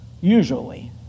Usually